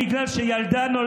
בבקשה.